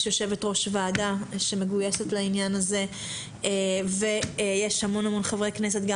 יש יושבת-ראש ועדה שמגויסת לעניין הזה ויש המון חברי כנסת גם